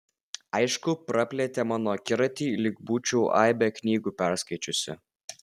aišku praplėtė mano akiratį lyg būčiau aibę knygų perskaičiusi